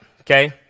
okay